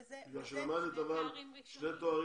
יש לה שני תארים ראשונים.